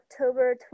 October